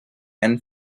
and